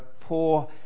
poor